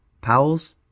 Powell's